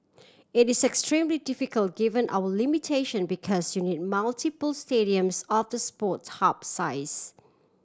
it is extremely difficult given our limitation because you need multiple stadiums of the Sports Hub size